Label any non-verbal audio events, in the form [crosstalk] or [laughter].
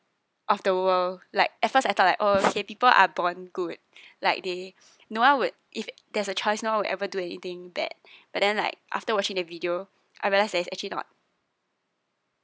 of the world like at first I thought like oh kay people are born good [breath] like they no one would if there's a choice no one will ever do anything bad but then like after watching the video I realize that it's actually not